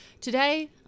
today